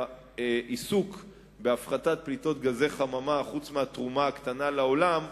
העיסוק בהפחתת פליטות גזי חממה חוץ מהתרומה הקטנה לעולם,